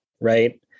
right